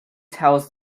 tells